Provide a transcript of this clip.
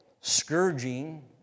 Scourging